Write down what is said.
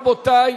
רבותי,